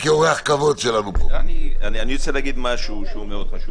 לא בנוסח --- לא נמצא, תבדקו אותי.